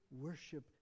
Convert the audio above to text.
worship